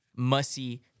mussy